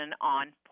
on